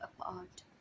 apart